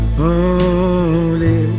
holy